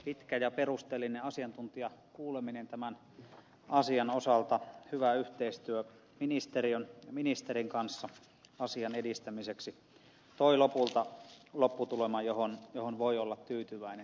pitkä ja perusteellinen asiantuntijakuuleminen tämän asian osalta hyvä yhteistyö ministerin kanssa asian edistämiseksi toivat lopulta lopputuleman johon voi olla tyytyväinen